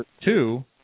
two